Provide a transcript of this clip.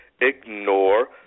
ignore